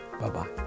Bye-bye